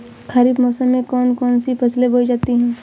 खरीफ मौसम में कौन कौन सी फसलें बोई जाती हैं?